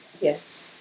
Yes